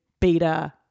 beta